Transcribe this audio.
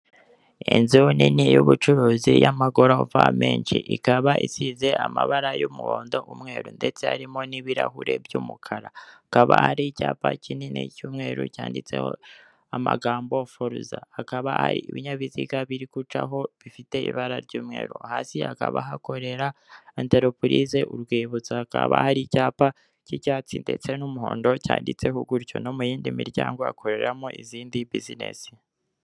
Inzu nini y'ubucuruzi y'amagorofa menshi. Ikaba isize amabara y'umuhondo, umweru. Ndetse harimo n'ibirahure by'umukara. Hakaba hari icyapa kinini cy'umweru cyanditseho amagambo Forza. Hakaba hari ibinyabiziga biri gucaho bifite ibara ry'umweru. Hasi hakaba hakorera Anteropurize Urwibutso. Hakaba hari icyapa cy'icyatsi ndetse n'umuhondo cyanditseho gutyo. No mu yindi miryango hakoreramo izindi bizinezi.